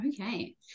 Okay